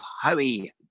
Howie